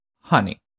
honey